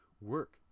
work